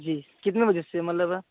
जी कितने बजे से मतलब